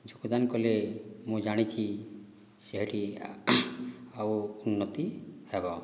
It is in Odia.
ଯୋଗଦାନ କଲେ ମୁଁ ଜାଣିଛି ସେଇଠି ଆଉ ଉନ୍ନତି ହେବ